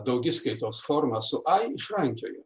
daugiskaitos formą su ai išrankiojau